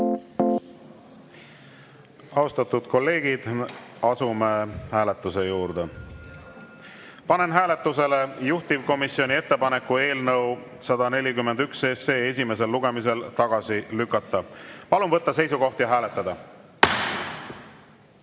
juurde. Austatud kolleegid, asume hääletuse juurde. Panen hääletusele juhtivkomisjoni ettepaneku eelnõu 141 esimesel lugemisel tagasi lükata. Palun võtta seisukoht ja hääletada!